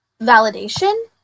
validation